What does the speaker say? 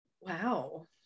wow